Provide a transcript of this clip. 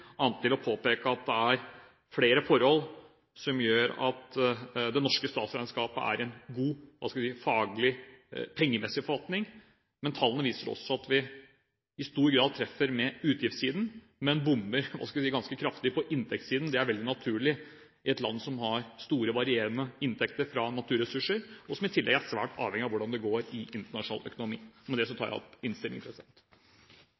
annet enn å påpeke at det er flere forhold som gjør at det norske statsregnskapet er en god faglig pengemessig forvaltning. Tallene viser også at vi i stor grad treffer med utgiftssiden, men bommer ganske kraftig på inntektssiden. Det er veldig naturlig i et land som har store varierende inntekter fra naturressurser, og som i tillegg er svært avhengig av hvordan det går i internasjonal økonomi.